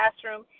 classroom